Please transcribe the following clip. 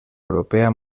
europea